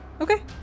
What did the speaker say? Okay